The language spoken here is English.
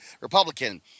Republican